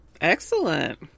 excellent